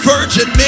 Virgin